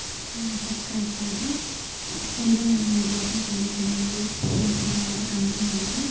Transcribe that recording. subscribes ಆದರು ಎಲ್ಲರೂ ನನ್ನ ವಿಡಿಯೋಸ್ನ ತುಂಬ ಚೆನ್ನಾಗಿ ಮಾಡ್ತೀರ ಅಂತ ಕಮೆಂಟ್ ಮಾಡಿದರು